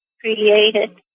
created